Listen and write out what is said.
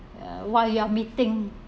while you're meeting